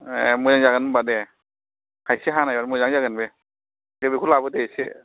ए मोजां जागोन होनबा दे थाइसे हानायबा मोजां जागोन बे दे बेखौ लाबो दे इसे